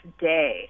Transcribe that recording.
day